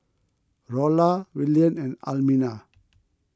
Rolla Willian and Almina